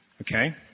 Okay